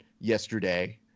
yesterday